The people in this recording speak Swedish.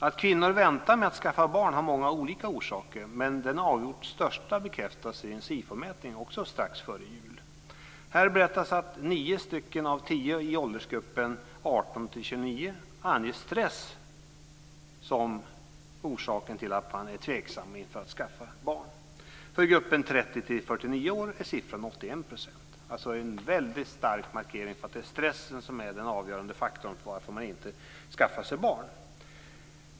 Att kvinnor väntar med att skaffa barn har många olika orsaker, men den avgjort största orsaken bekräftas i en Sifomätning också strax före jul. Här berättas att nio av tio i åldersgruppen 18-29 år anger stress som orsak till att man är tveksam inför att skaffa barn. För gruppen 30-49 år är siffran 81 %. Det är alltså en väldigt stark markering av att stressen är den är den avgörande faktorn för att man inte skaffar barn.